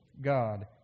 God